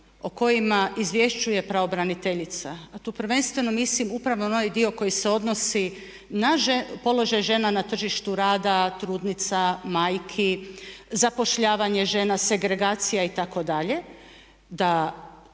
o kojima izvješćuje pravobraniteljica a tu prvenstveno mislim upravo na onaj dio koji se odnosi na položaj žena na tržištu rada, trudnica, majki, zapošljavanje žena, segregacija itd.